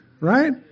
right